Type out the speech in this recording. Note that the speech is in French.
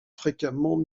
fréquemment